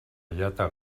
llata